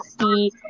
see